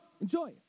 Enjoy